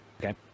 Okay